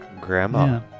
Grandma